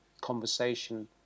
conversation